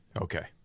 Okay